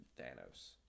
Thanos